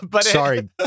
Sorry